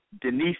Denise